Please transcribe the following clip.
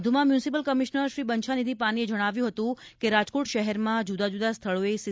વધુમાં municipal commissioner Shri Banchhanidhi પાનીએ જણાવ્યું હતું કે રાજકોટ શહેરમાં જુદા જુદાં સ્થળોએ સી